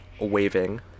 waving